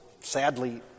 sadly